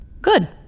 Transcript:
Good